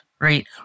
right